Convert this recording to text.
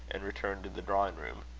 and returned to the drawing-room.